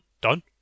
Done